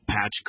patch